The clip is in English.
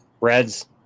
Reds